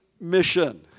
mission